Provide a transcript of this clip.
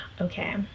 Okay